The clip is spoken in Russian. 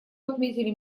отметили